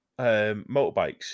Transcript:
motorbikes